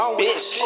bitch